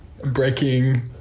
breaking